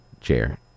chair